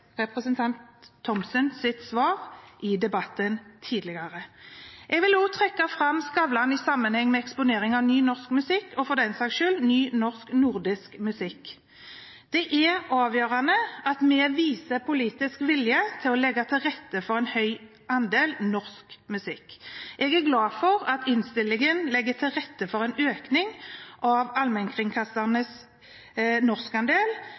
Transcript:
svar i debatten tidligere. Jeg vil også trekke fram Skavlan i sammenheng med eksponering av ny norsk musikk og for den saks skyld ny nordisk musikk. Det er avgjørende at vi viser politisk vilje til å legge til rette for en høy andel norsk musikk. Jeg er glad for at innstillingen legger til rette for allmennkringkasternes krav om at andelen av